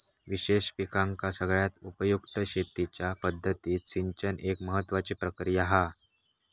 विशेष पिकांका सगळ्यात उपयुक्त शेतीच्या पद्धतीत सिंचन एक महत्त्वाची प्रक्रिया हा